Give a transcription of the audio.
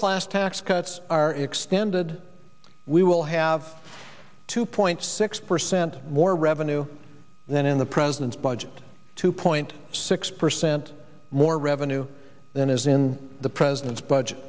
class tax cuts are extended we will have two point six percent more revenue then in the president's budget two point six percent more revenue than is in the president's budget